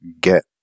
get